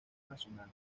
nacional